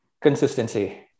Consistency